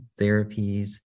therapies